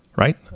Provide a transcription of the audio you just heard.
Right